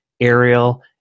aerial